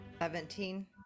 seventeen